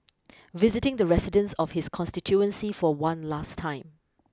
visiting the residents of his constituency for one last time